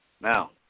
Now